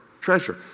treasure